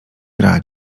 gra